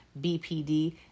BPD